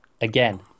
again